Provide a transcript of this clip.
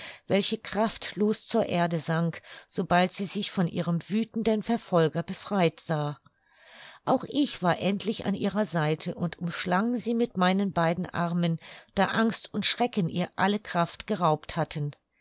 welche kraftlos zur erde sank sobald sie sich von ihrem wüthenden verfolger befreit sah auch ich war endlich an ihrer seite und umschlang sie mit meinen beiden armen da angst und schrecken ihr alle kraft geraubt hatten